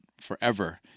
forever